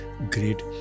Great